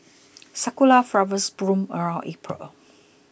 sakura flowers bloom around April